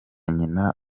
nyina